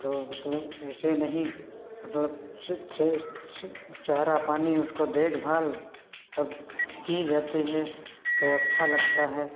तो मतलब ऐसे नहीं मतलब ची चे ची चारा पानी उसको देखभाल सब की जाती है तो अच्छा लगता है